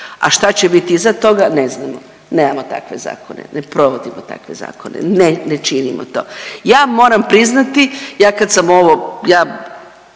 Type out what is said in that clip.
a šta će biti iza toga ne znamo, nemamo takve zakone, ne provodimo takve zakone, ne, ne činimo to. Ja moram priznati ja kad sam ovo